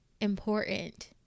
important